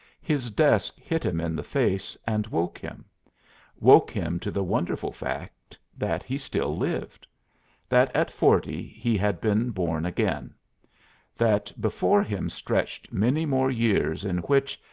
his desk hit him in the face and woke him woke him to the wonderful fact that he still lived that at forty he had been born again that before him stretched many more years in which,